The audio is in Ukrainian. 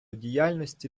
діяльності